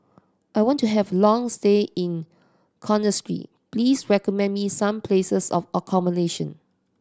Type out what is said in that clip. I want to have a long stay in Conakry please recommend me some places of accommodation